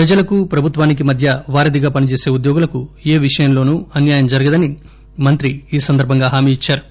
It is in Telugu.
ప్రజలకు ప్రభుత్వానికి మధ్య వారధిగా పనిచేసే ఉద్యోగులకు ఏ విషయంలోనూ అన్నాయం జరగదని మంత్రి ఈ సందర్భంగా హామీ ఇచ్చారు